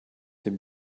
dem